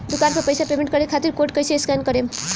दूकान पर पैसा पेमेंट करे खातिर कोड कैसे स्कैन करेम?